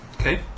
Okay